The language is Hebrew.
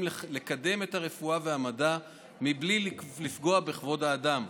לקדם את הרפואה והמדע בלי לפגוע בכבוד האדם.